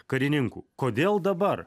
karininkų kodėl dabar